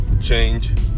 change